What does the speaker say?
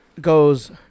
goes